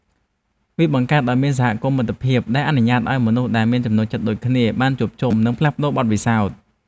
វាបង្កើតឱ្យមានសហគមន៍មិត្តភាព ដែលអនុញ្ញាតឱ្យមនុស្សដែលមានចំណូលចិត្តដូចគ្នាបានជួបជុំ និងផ្លាស់ប្តូរបទពិសោធន៍។